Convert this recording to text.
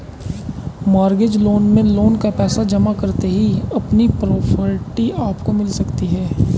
mortgage loan में loan का पैसा जमा करते ही अपनी प्रॉपर्टी आपको मिल सकती है